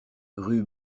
rue